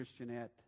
Christianette